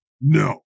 No